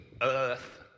Earth